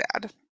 dad